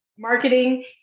Marketing